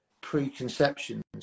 preconceptions